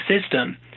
system